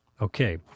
Okay